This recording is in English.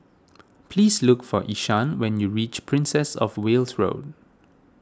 please look for Ishaan when you reach Princess of Wales Road